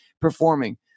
performing